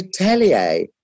atelier